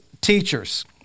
teachers